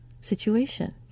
situation